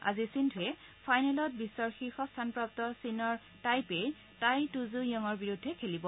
আজি সিন্ধুৱে ফাইনেলত বিশ্বৰ শীৰ্ষ স্থানপ্ৰাপ্ত চীনৰ টাইপেৰ টাই টুজু ইঙৰ বিৰুদ্ধে খেলিব